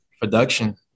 Production